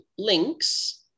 links